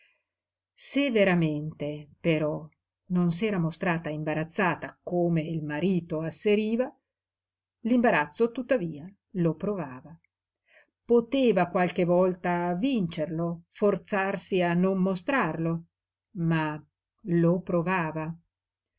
se veramente però non s'era mostrata imbarazzata come il marito asseriva l'imbarazzo tuttavia lo provava poteva qualche volta vincerlo forzarsi a non mostrarlo ma lo provava